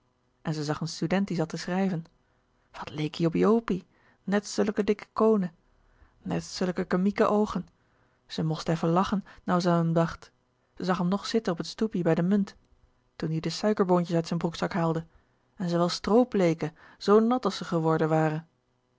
en ze zag een student die zat te schrijven wat leek ie op joopie net zulleke dikke koone net zulleke kemieke oogen ze most effen lathe nou ze an m dacht ze zag m nog zilte op t stoepie bij de munt toen die de suikerboontjes uit z'n broek haalde en ze wel stroop leeke zoo nat as ze geworden ware